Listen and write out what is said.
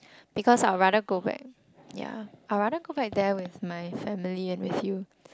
because I would rather go back ya I would rather go back there with my family and with you